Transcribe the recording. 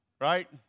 right